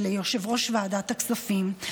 וליושב-ראש ועדת הכספים,